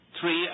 three